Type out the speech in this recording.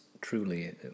truly